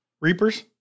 Reapers